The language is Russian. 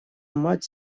мать